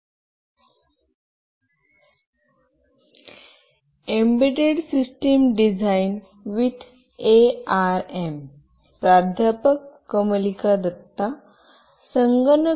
व्याख्यान 37 मध्ये आपले स्वागत आहे